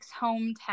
hometown